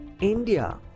India